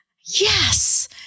yes